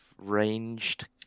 ranged